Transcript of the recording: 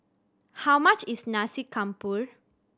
how much is Nasi Campur